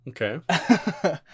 Okay